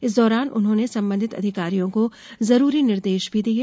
इस दौरान उन्होंने संबधित अधिकारियों को जरूरी निर्देश भी दिये